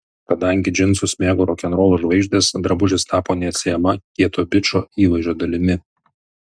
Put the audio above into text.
kadangi džinsus mėgo rokenrolo žvaigždės drabužis tapo neatsiejama kieto bičo įvaizdžio dalimi